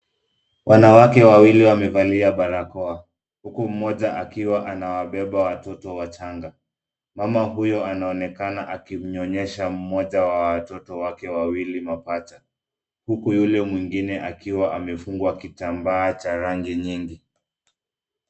Wanawake wawili wamevalia barakoa, huku mmoja akiwa anawabeba watoto wachanga. Mama huyo anaonekana akimnyonyesha mmoja wa watoto wake wawili mapacha, huku yule mwingine akiwa amefungwa kitambaa cha rangi nyingi.